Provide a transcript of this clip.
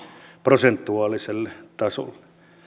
prosentuaaliselle tasolle ja